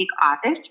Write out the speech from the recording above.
office